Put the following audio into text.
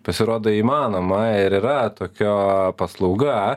pasirodo įmanoma ir yra tokio paslauga